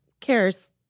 cares